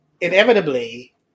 inevitably